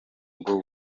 bwo